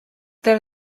there